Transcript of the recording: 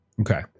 Okay